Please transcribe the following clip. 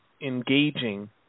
engaging